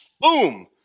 boom